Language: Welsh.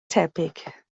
tebyg